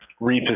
reposition